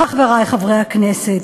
חברי חברי הכנסת,